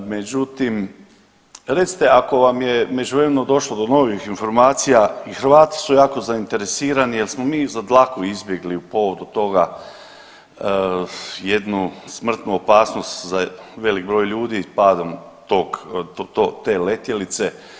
Međutim, recite ako vam je u međuvremenu došlo do novih informacija i Hrvati su jako zainteresirani jer smo mi za dlaku izbjegli u povodu toga jednu smrtnu opasnost za velik broj ljudi padom te letjelice.